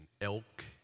elk